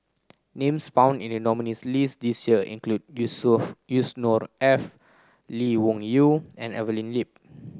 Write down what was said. names found in the nominees' list this year include Yusnor Of Yusnor the Ef Lee Wung Yew and Evelyn Lip